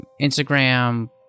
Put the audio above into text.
Instagram